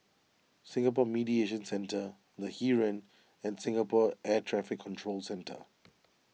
Singapore Mediation Centre the Heeren and Singapore Air Traffic Control Centre